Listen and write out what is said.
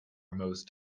most